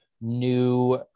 new